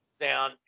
down